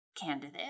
candidate